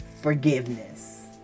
forgiveness